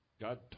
God